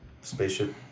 spaceship